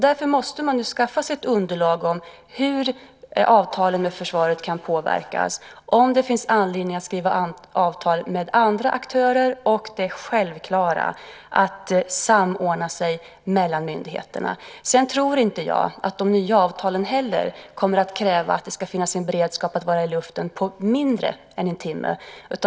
Därför måste man nu skaffa sig ett underlag om hur avtalet med försvaret kan påverkas, om det finns anledning att skriva avtal med andra aktörer och det självklara: att samordna sig mellan myndigheterna. Sedan tror inte jag att de nya avtalen heller kommer att kräva att det ska finnas en beredskap att vara i luften på mindre än en timme.